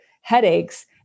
headaches